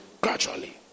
Gradually